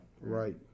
Right